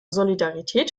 solidarität